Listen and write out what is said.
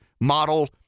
model